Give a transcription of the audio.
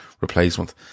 replacement